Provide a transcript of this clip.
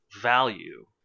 value